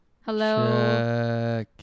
Hello